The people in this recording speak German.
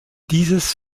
dieses